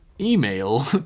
email